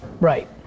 Right